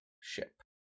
ship